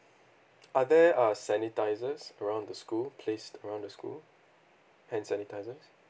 are there uh sanitisers around the school placed around the school hand sanitisers